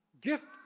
Gift